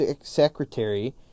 Secretary